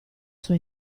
sua